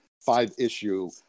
five-issue